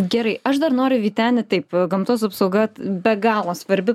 gerai aš dar noriu vyteni taip gamtos apsauga be galo svarbi